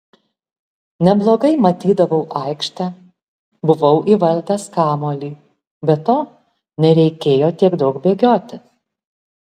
neblogai matydavau aikštę buvau įvaldęs kamuolį be to nereikėjo tiek daug bėgioti